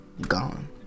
gone